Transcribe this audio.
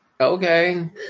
Okay